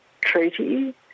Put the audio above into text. treaty